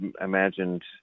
imagined